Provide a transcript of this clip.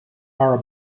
are